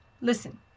listen